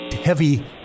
heavy